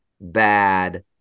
bad